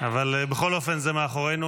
אבל בכל אופן זה מאחורינו.